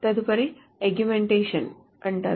తదుపరిది ఆగ్మెంటేషన్ అంటారు